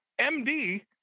MD